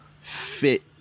fit